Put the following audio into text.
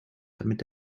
damit